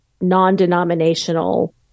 non-denominational